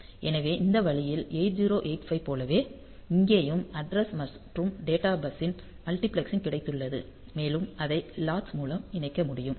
எனவே இந்த வழியில் 8085 போலவே இங்கேயும் அட்ரஸ் மற்றும் டேட்டா பஸ்ஸின் மல்டிபிளெக்சிங் கிடைத்துள்ளது மேலும் அதை லாட்சு மூலம் இணைக்க முடியும்